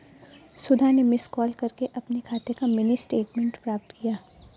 सुधा ने miss call करके अपने खाते का मिनी स्टेटमेंट प्राप्त किया